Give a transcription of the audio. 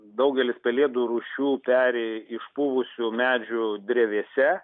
daugelis pelėdų rūšių peri išpuvusių medžių drevėse